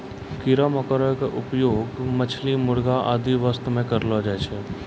कीड़ा मकोड़ा के उपयोग मछली, मुर्गी आदि वास्तॅ करलो जाय छै